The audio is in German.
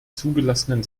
zugelassenen